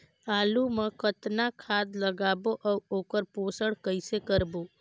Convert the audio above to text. आलू मा कतना खाद लगाबो अउ ओकर पोषण कइसे करबो?